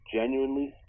Genuinely